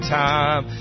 time